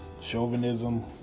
chauvinism